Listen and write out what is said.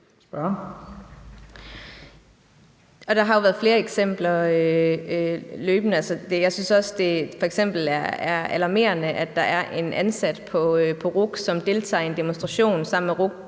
Der har jo været flere eksempler løbende. Jeg synes også, at det f.eks. er alarmerende, at der er en ansat på RUC, som deltager i en demonstration sammen med RUC